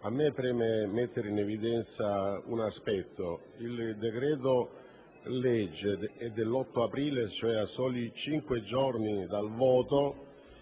a me preme mettere in evidenza un aspetto. Il decreto-legge, portando la data dell'8 aprile, cioè a soli cinque giorni dal voto,